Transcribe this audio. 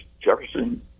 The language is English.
Jefferson